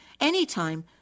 anytime